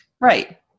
right